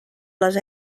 les